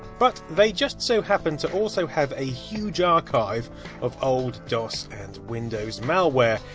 but they just so happen to also have a huge archive of old dos and windows malware.